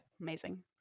Amazing